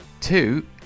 two